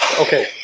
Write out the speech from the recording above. Okay